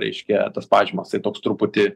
reiškia tas pažymas tai toks truputį